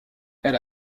elle